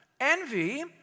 Envy